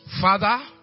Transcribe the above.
Father